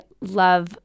love